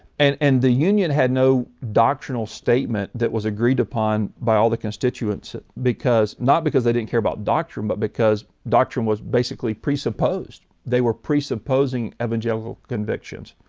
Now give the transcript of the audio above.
and and the union had no doctrinal statement that was agreed upon by all the constituents. not because they didn't care about doctrine but because doctrine was basically presupposed they were presupposing evangelical convictions.